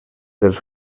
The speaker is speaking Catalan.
dels